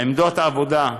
עמדות עבודה,